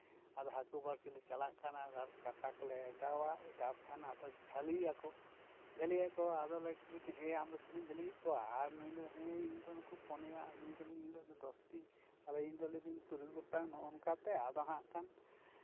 ᱟᱫᱚ ᱦᱟᱹᱠᱩ ᱵᱟᱬᱥᱤ ᱞᱮ ᱪᱟᱞᱟᱜ ᱠᱷᱟᱱ ᱟᱫᱚ ᱠᱟᱴᱟ ᱠᱚᱞᱮ ᱚᱰᱟᱣᱟ ᱚᱰᱟᱣ ᱠᱷᱟᱱ ᱟᱫᱚ ᱡᱷᱟᱹᱞᱤᱜᱼᱟᱠᱚ ᱡᱷᱟᱹᱞᱤᱜᱼᱟᱠᱚ ᱟᱫᱚᱞᱮ ᱠᱩᱞᱤᱜᱼᱟ ᱦᱮᱸᱭᱟ ᱟᱢᱫᱚ ᱛᱤᱱᱟᱹᱜ ᱮᱢ ᱡᱷᱟᱹᱞᱤ ᱠᱮᱫ ᱠᱚᱣᱟ ᱟᱨ ᱱᱩᱭ ᱞᱟᱹᱭ ᱮᱫᱚᱭ ᱦᱮᱸ ᱤᱧ ᱫᱚ ᱱᱩᱠᱩ ᱯᱚᱱᱭᱟ ᱱᱩᱭ ᱫᱚᱭ ᱞᱟᱹᱭ ᱮᱫᱟ ᱤᱧ ᱫᱚ ᱫᱚᱥᱴᱤ ᱟᱫᱚ ᱤᱧ ᱫᱩᱧ ᱞᱟᱹᱭ ᱮᱫᱟᱹᱧ ᱛᱩᱨᱩᱭ ᱜᱚᱴᱟᱱ ᱱᱚᱼᱚ ᱱᱚᱝᱠᱟ ᱛᱮ ᱟᱫᱚ ᱦᱟᱸᱜ ᱠᱷᱟᱱ